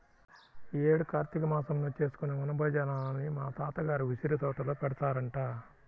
యీ యేడు కార్తీక మాసంలో చేసుకునే వన భోజనాలని మా తాత గారి ఉసిరితోటలో పెడతారంట